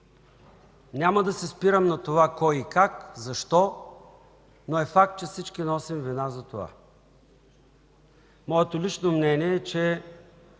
Няма да се спирам на това кой, как и защо, но е факт, че всички носим вина за това. Моето лично мнение е, че